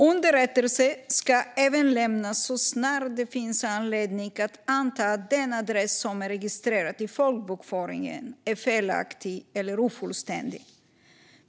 Underrättelse ska även lämnas så snart det finns anledning att anta att den adress som är registrerad i folkbokföringen är felaktig eller ofullständig.